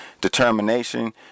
determination